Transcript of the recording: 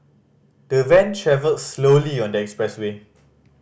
the van travelled slowly on the expressway